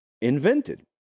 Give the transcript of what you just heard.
invented